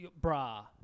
bra